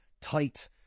tight